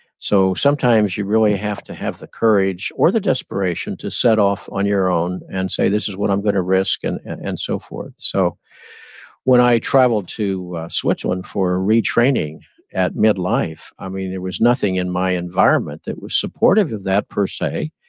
so sometimes you really have to have the courage, or the desperation to set off on your own and say, this is what i'm gonna risk, and and and so forth. so when i traveled to switzerland for retraining at mid-life, ah there was nothing in my environment that was supportive of that per se.